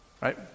Right